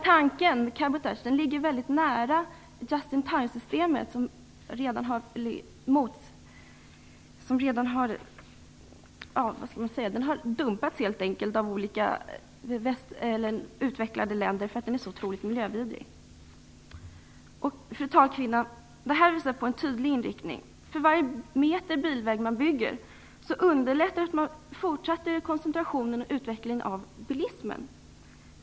Tanken med cabotage ligger nära tanken med justin-time-systemet, som har dumpats av olika utvecklade länder därför att det är så miljövidrigt. Fru talkvinna! Det här visar på en tydlig inriktning: För varje meter bilväg man bygger fortsätter man koncentrationen på och utvecklingen av bilismen.